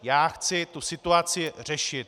Já chci tu situaci řešit.